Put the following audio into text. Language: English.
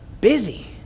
busy